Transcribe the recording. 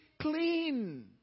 clean